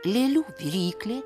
lėlių viryklė